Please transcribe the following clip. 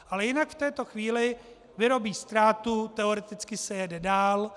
Ale jinak v této chvíli vyrobí ztrátu, teoreticky se jede dál.